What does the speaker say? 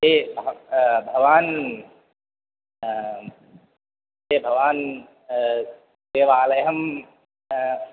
ते भवान् ते भवान् देवालयम्